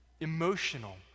emotional